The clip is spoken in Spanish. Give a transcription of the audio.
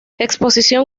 exposición